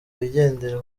wigendere